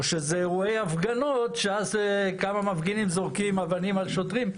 או שזה אירועי הפגנות שאז כמה מפגינים זורקים אבנים על שוטרים?